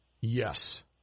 Yes